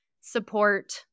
support